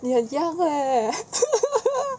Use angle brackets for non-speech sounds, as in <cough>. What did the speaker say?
你很 young leh <laughs>